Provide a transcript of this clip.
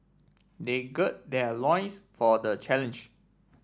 they gird their loins for the challenge